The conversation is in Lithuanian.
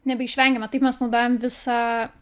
nebeišvengiame taip mes naudojam visą